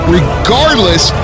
regardless